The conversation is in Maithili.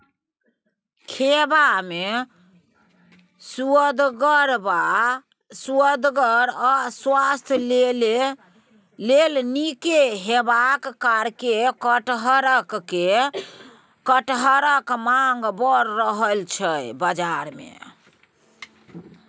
खेबा मे सुअदगर आ स्वास्थ्य लेल नीक हेबाक कारणेँ कटहरक माँग बड़ रहय छै बजार मे